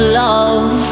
love